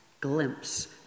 glimpse